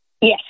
Yes